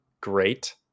great